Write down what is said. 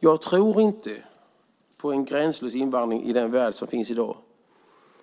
Jag tror inte på en gränslös invandring i den värld som finns i dag.